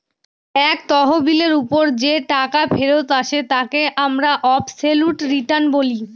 এক তহবিলের ওপর যে টাকা ফেরত আসে তাকে আমরা অবসোলুট রিটার্ন বলি